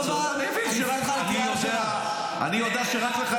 סובה, אני יודע שיש